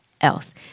else